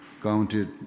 counted